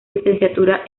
licenciatura